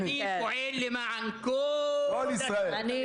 אני פועל למען כל הצוותים הרפואיים,